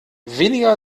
weniger